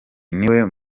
niwe